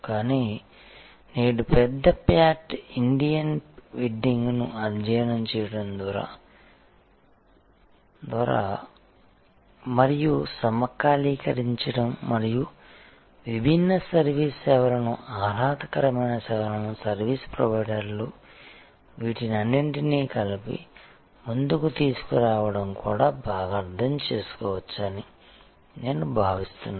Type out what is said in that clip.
కానీ నేటి పెద్ద ఫ్యాట్ ఇండియన్ వెడ్డింగ్ను అధ్యయనం చేయడం ద్వారా మరియు సమకాలీకరించడం మరియు విభిన్న సర్వీస్ సేవలను ఆహ్లాదకరమైన సేవలను సర్వీస్ ప్రొవైడర్లు వీటన్నిటినీ కలిపి ముందుకు తీసుకు రావడం కూడా బాగా అర్థం చేసుకోవచ్చని నేను భావిస్తున్నాను